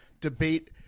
debate